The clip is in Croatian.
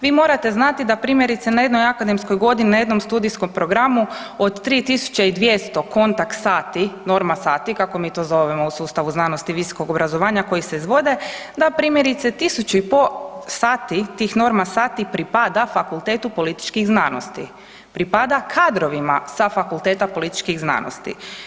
Vi morate znati da primjerice na jednoj akademskoj godini na jednom studijskom programu, od 3200 kontakt sati, norma sati kako mi to zovemo u sustavu znanosti i visokog obrazovanja koji se izvode, da primjerice 1500 sati tih norma sati, pripada Fakultetu političkih znanosti, pripada kadrovima sa Fakulteta političkih znanosti.